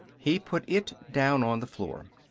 he put it down on the floor.